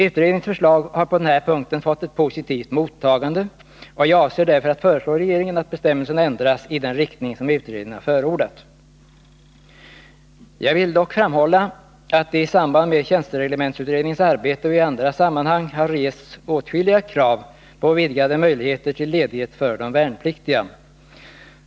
Utredningens förslag har på den här punkten fått ett positivt mottagande, och jag avser därför att föreslå regeringen att bestämmelsen ändras i den riktning som utredningen har förordat. Jag vill dock framhålla att det i samband med tjänstereglementsutredningens arbete och i andra sammanhang har rests åtskilliga krav på vidgade möjligheter till ledighet för de värnpliktiga.